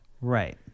Right